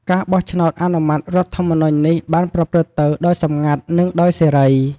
ការបោះឆ្នោតអនុម័តរដ្ឋធម្មនុញ្ញនេះបានប្រព្រឹត្តទៅដោយសម្ងាត់ និងដោយសេរី។